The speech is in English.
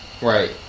Right